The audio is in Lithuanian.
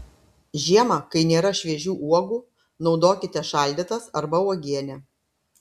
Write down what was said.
žiemą kai nėra šviežių uogų naudokite šaldytas arba uogienę